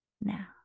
now